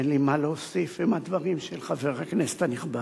ואין לי מה להוסיף על הדברים של חבר הכנסת הנכבד.